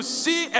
see